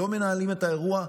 לא מנהלים את האירוע.